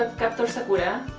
ah captor sakura